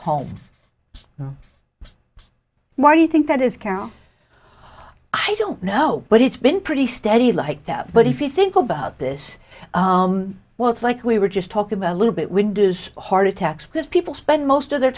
home why do you think that is carol i don't know but it's been pretty steady like that but if you think about this well it's like we were just talking about a little bit when does heart attacks because people spend most of their